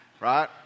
right